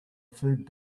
food